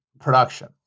production